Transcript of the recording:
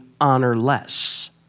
honorless